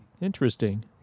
Interesting